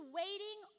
waiting